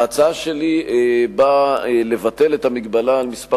ההצעה שלי באה לבטל את המגבלה על מספר